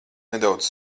nedaudz